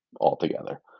altogether